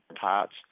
parts